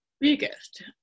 biggest